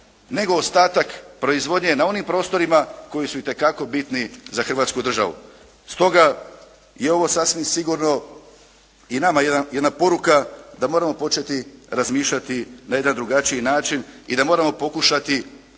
nego ostatak proizvodnje na onim prostorima koji su itekako bitni za Hrvatsku državu. Stoga je ovo sasvim sigurno i nama jedna poruka da moramo početi razmišljati na jedan drugačiji način i da moramo pokušati